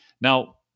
Now